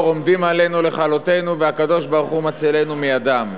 עומדים עלינו לכלותנו והקדוש-ברוך-הוא מצילנו מידם.